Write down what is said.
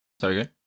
Sorry